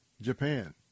Japan